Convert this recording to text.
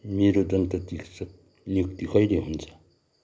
मेरो दन्त चिकित्सक नियुक्ति कहिले हुन्छ